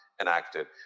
enacted